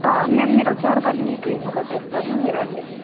నేను మీరు వచ్చేవరకు అన్ని క్లీన్గా పెట్టేస్తాము మీరు రండి